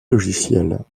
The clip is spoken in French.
logicielles